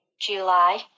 July